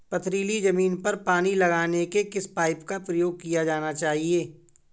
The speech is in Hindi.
पथरीली ज़मीन पर पानी लगाने के किस पाइप का प्रयोग किया जाना चाहिए?